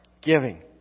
giving